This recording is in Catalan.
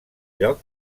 lloc